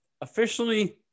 officially